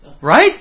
Right